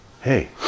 hey